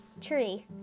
Tree